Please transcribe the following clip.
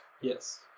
Yes